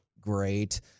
great